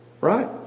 Right